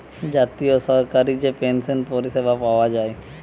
জাতীয় সরকারি যে পেনসন পরিষেবা পায়া যায়